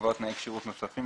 לקבוע תנאי כשירות נוספים,